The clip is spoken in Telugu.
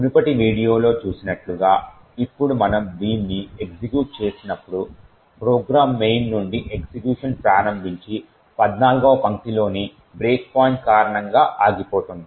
మునుపటి వీడియోలో చూసినట్లుగా ఇప్పుడు మనము దీన్ని ఎగ్జిక్యూట్ చేసినప్పుడు ప్రోగ్రామ్ మెయిన్ నుండి ఎగ్జిక్యూషన్ ప్రారంభించి 14 వ పంక్తిలోని బ్రేక్ పాయింట్ కారణంగా ఆగిపోతుంది